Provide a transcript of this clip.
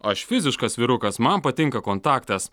aš fiziškas vyrukas man patinka kontaktas